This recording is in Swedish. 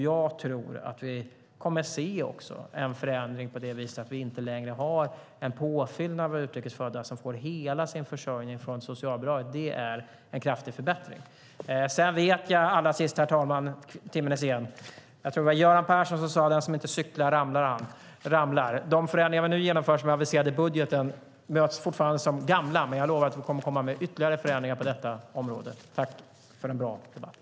Jag tror att vi kommer att se en förändring på det viset att vi inte längre kommer att ha en påfyllnad av utrikes födda som får hela sin försörjning från socialbidrag. Det är en kraftig förbättring. Allra sist, herr talman! Jag tror att det var Göran Persson som sade att politik är som att cykla: Den som inte trampar ramlar. De förändringar som vi genomför och som vi aviserade i budgeten möts fortfarande som gamla, men jag lovar att vi kommer att komma med ytterligare förändringar på detta område. Tack för en bra debatt!